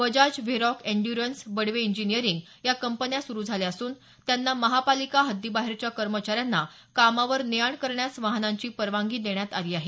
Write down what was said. Bajaj Varroc Endurance Badve engineering या कपंन्या सुरु झाल्या असून त्यांना महापालिका हद्दीबाहेरच्या कर्मचाऱ्यांना कामावर ने आण करण्यास वाहनांची परवानगी देण्यात आली आहे